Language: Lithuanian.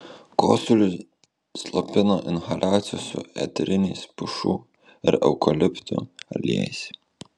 kosulį slopina inhaliacijos su eteriniais pušų ir eukaliptų aliejais